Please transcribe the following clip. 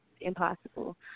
impossible